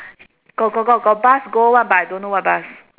got got got got bus go [one] but I don't know what bus